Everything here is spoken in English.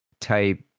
type